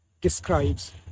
describes